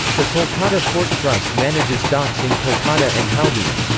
the kolkata port trust manages docks in kolkata and haldia.